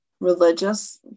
religious